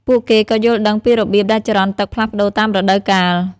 ពួកគេក៏យល់ដឹងពីរបៀបដែលចរន្តទឹកផ្លាស់ប្តូរតាមរដូវកាល។